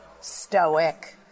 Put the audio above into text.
stoic